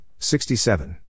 67